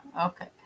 Okay